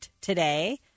today